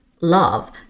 love